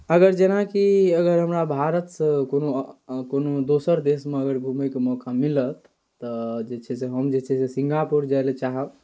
अगर जेनाकि अगर हमरा भारतसँ कोनो कोनो आओर दोसर देशमे अगर घूमयके मौका मिलल तऽ जे छै से हम जे छै से सिंगापुर जाय लेल चाहब